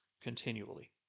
continually